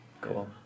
Cool